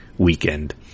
weekend